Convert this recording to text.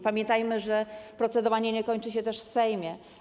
Pamiętajmy też, że procedowanie nie kończy się w Sejmie.